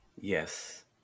Yes